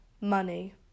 Money